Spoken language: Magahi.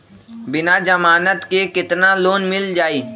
बिना जमानत के केतना लोन मिल जाइ?